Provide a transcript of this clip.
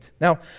Now